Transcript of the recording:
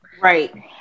Right